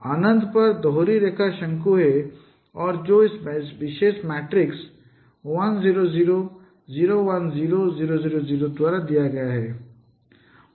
अनंत पर दोहरी रेखा शंकु है और जो इस विशेष मैट्रिक्स 1 0 0 0 1 0 0 0 0 द्वारा दिया गया है